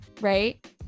right